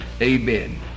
Amen